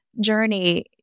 journey